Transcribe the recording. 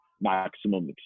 maximum